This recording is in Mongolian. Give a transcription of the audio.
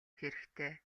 хэрэгтэй